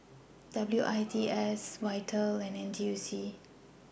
W I T S Vital and N T U C